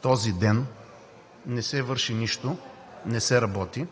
този ден не се върши нищо, не се работи,